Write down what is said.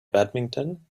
badminton